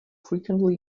frequently